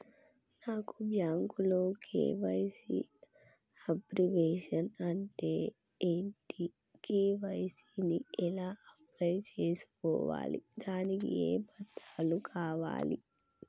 నాకు బ్యాంకులో KYC abbreviation అంటే ఏంటి కే.వై.సీ ని ఎలా అప్లై చేసుకోవాలి దానికి ఏ పత్రాలు కావాలి?